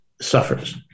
suffers